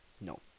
No